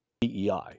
DEI